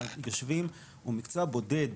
הוא מקצוע בודד